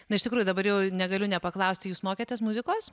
nu iš tikrųjų dabar jau negaliu nepaklausti jūs mokėtės muzikos